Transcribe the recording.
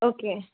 okay